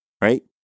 right